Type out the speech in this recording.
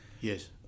Yes